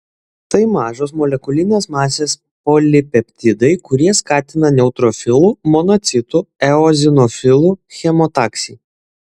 tai mažos molekulinės masės polipeptidai kurie skatina neutrofilų monocitų eozinofilų chemotaksį